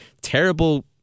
terrible